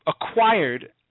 acquired